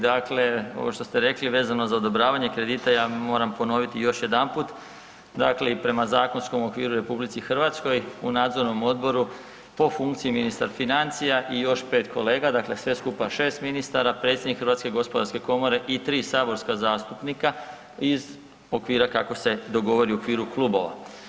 Dakle ovo što ste rekli vezano za odobravanje kredita, ja moram ponoviti još jedanput i prema zakonskom okviru u RH u nadzornom odboru po funkciji ministar financija i još pet kolega, dakle sve skupa šest ministara, predsjednik HGK i tri saborska zastupnika iz okvira kako se dogovori u okviru klubova.